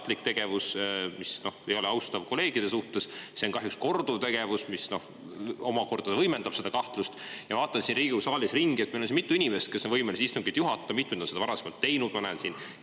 tegevus, mis ei ole kolleegide suhtes austav. See on kahjuks korduv tegevus, mis omakorda võimendab seda kahtlust. Vaatan siin Riigikogu saalis ringi, meil on siin mitu inimest, kes on võimelised istungit juhatama, mitmed on seda varasemalt teinud. Ma näen siin